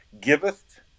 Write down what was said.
giveth